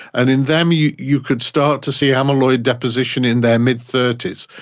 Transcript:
and in them you you could start to see amyloid deposition in their mid thirty s,